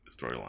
storyline